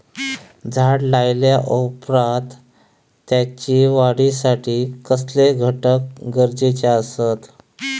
झाड लायल्या ओप्रात त्याच्या वाढीसाठी कसले घटक गरजेचे असत?